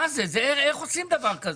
איך עושים דבר כזה?